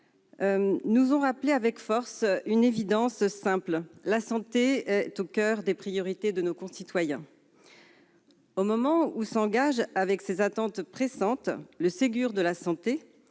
nous ont rappelé avec force une évidence simple : la santé est au coeur des priorités de nos concitoyens. Au moment où s'engage le Ségur de la santé,